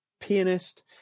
pianist